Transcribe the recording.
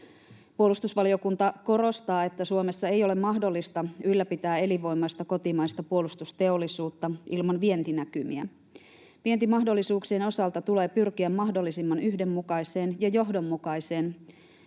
Puolustusvaliokunta korostaa, että Suomessa ei ole mahdollista ylläpitää elinvoimaista kotimaista puolustusteollisuutta ilman vientinäkymiä. Vientimahdollisuuksien osalta tulee pyrkiä mahdollisimman yhdenmukaiseen ja johdonmukaiseen